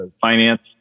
finance